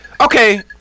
Okay